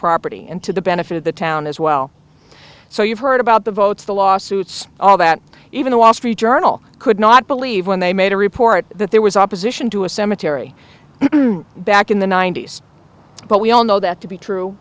property and to the benefit of the town as well so you've heard about the votes the lawsuits all that even the wall street journal could not believe when they made a report that there was opposition to a cemetery back in the ninety's but we all know that to be true